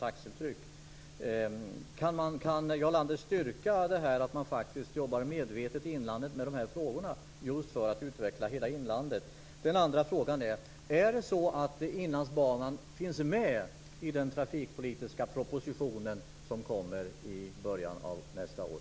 Jag vill fråga om Jarl Lander kan styrka att man jobbar medvetet med dessa frågor, just för att utveckla hela inlandet. Den andra frågan gäller om Inlandsbanan finns med i den trafikpolitiska proposition som kommer i början av nästa år.